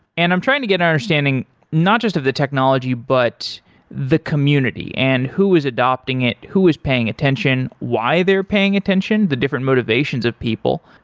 and i'm trying to get an understanding not just of the technology, but the community and who is adopting it, who is paying attention, why they are paying attention, the different motivations of people.